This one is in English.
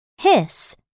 Hiss